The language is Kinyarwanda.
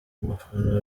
umufana